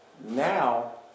now